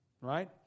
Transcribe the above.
Right